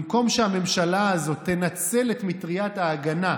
במקום שהממשלה הזאת תנצל את מטריית ההגנה,